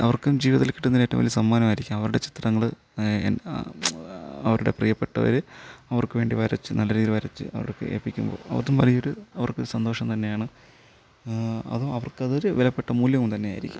അവർക്കും ജീവിതത്തിൽ കിട്ടുന്നതിൽ ഏറ്റവും വലിയ സമ്മാനമായിരിക്കും അവരുടെ ചിത്രങ്ങള് അവരുടെ പ്രീയപ്പെട്ടവര് അവർക്കുവേണ്ടി വരച്ച് നല്ല രീതിയിൽ വരച്ച് അവർക്ക് ഏൽപ്പിക്കുമ്പോൾ അവർക്കും വലിയൊരു അവർക്കും സന്തോഷം തന്നെയാണ് അതും അവർ അവർക്ക് അത് ഒരു വിലപ്പെട്ട മൂല്യം തന്നെയായിരിക്കും